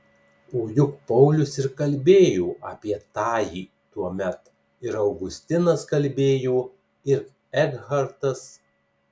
o juk paulius ir kalbėjo apie tąjį tuomet ir augustinas kalbėjo ir ekhartas